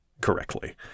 correctly